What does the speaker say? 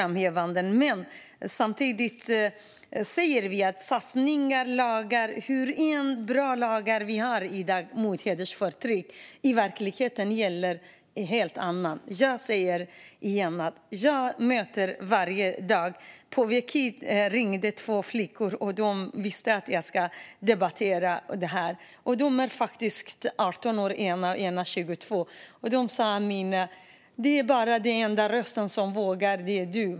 Men samtidigt säger vi att hur bra lagar vi än har i dag mot hedersförtryck gäller i verkligheten något helt annat. Varje dag möter jag folk som berättar det. När jag var på väg hit ringde två flickor - de visste att jag skulle debattera detta - som är 18 och 22 år, och de sa: Amineh, den enda som vågar höja rösten är du.